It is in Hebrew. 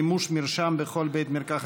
מימוש מרשם בכל בית מרקחת),